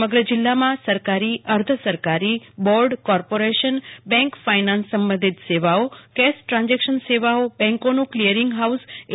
સમગ્ર જિલ્લામાં સરકારી અર્ધસરકારી બોર્ડ કોર્પોરેશન બેંક ફાયનાન્સ સંબંધિત સેવાઓ કેશ ટ્રાન્ઝેકશન સેવાઓ બેંકોનું ક્લીયરીંગ હાઉસ એ